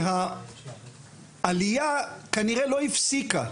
העלייה כנראה לא הפסיקה,